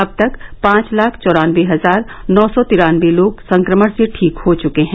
अब तक पांच लाख चौरानबे हजार नौ सौ तिरानबे लोग संक्रमण से ठीक हो चुके हैं